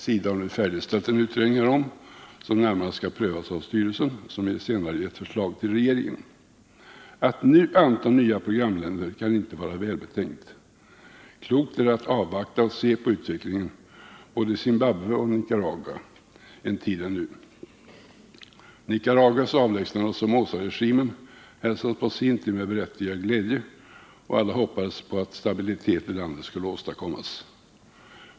SIDA har nu färdigställt en utredning härom som närmare skall prövas av styrelsen, som därefter skall ge sitt förslag till regeringen. Att nu anta nya programländer kan inte gärna vara välbetänkt. Klokt är att ännu en tid avvakta utvecklingen i Zimbabwe och Nicaragua. Avlägsnandet av Somozaregimen i Nicaragua hälsades på sin tid med berättigad glädje, och alla hoppades på att stabilitet i landet skulle åstadkommas.